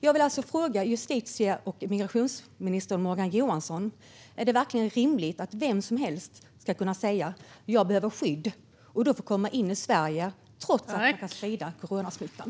Jag vill fråga justitie och migrationsminister Morgan Johansson om det verkligen är rimligt att vem som helst ska kunna säga "Jag behöver skydd" och då få komma in i Sverige, trots att man kan sprida coronasmittan?